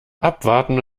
abwarten